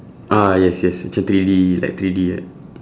ah yes yes macam three-D like three-D right